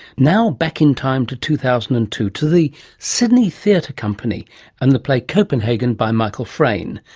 now back in time to two thousand and two, to the sydney theatre company and the play copenhagen by michael frayn,